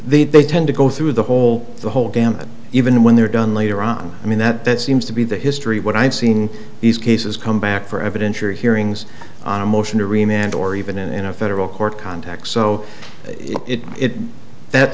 they tend to go through the whole the whole gamut even when they're done later on i mean that that seems to be the history what i've seen these cases come back for evidence or hearings on a motion or email and or even in a federal court context so it it that